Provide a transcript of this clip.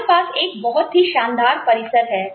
हमारे पास एक बहुत ही शानदार परिसर है